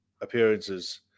appearances